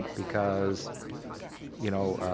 because you know,